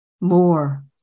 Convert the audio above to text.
more